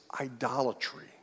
idolatry